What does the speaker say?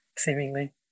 seemingly